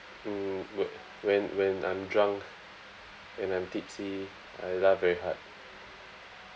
mm when when I'm drunk when I'm tipsy I laugh very hard